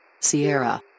Sierra